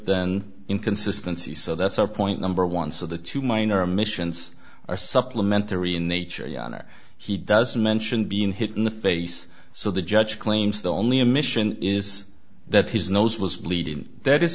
then inconsistency so that's a point number one so the two minor missions are supplementary in nature young or he doesn't mention being hit in the face so the judge claims that only a mission is that his nose was bleeding that is